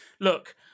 Look